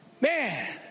Man